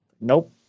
nope